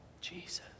Jesus